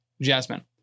Jasmine